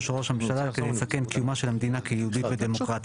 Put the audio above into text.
של ראש הממשלה כדי לסכן את קיומה של המדינה כיהודית ודמוקרטית'.